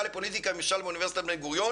לפוליטיקה וממשל באוניברסיטת בן גוריון